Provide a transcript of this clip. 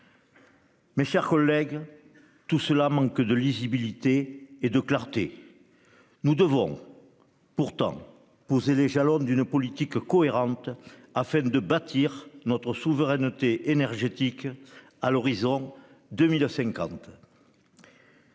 Mes chers collègues, tout cela manque de lisibilité et de clarté. Nous devons pourtant poser les jalons d'une politique cohérente, afin de bâtir notre souveraineté énergétique à l'horizon 2050.